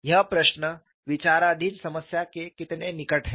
यह प्रश्न विचाराधीन समस्या के कितने निकट है